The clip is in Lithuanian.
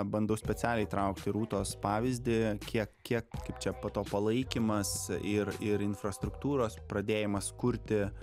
bandau specialiai įtraukti rūtos pavyzdį kiek kiek kaip čia po to palaikymas ir ir infrastruktūros pradėjimas kurti